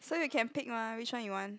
so you can pick mah which one you want